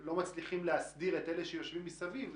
לא מצליחים להסדיר את אלה שיושבים מסביב.